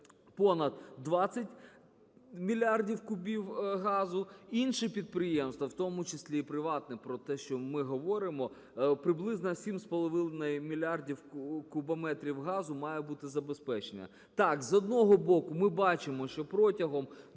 понад 20 мільярдів кубів газу, інші підприємства, в тому числі і приватні, про те, що ми говоримо, приблизно 7,5 мільярдів кубометрів газу має бути забезпечено. Так, з одного боку, ми бачимо, що протягом